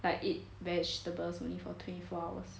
like eat vegetables only for twenty four hours